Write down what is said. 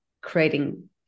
creating